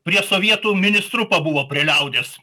prie sovietų ministru pabuvo prie liaudies